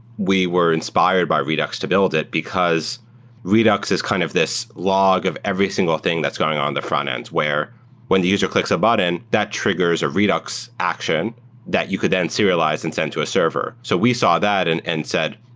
we were inspired by redux to build it, because redux is kind of this log of every single thing that's going on in the frontend where when the user clicks a button, that triggers a redux action that you could then serialize and sent to a server. so we saw that and and said,